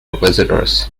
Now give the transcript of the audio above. visitors